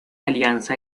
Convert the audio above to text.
alianza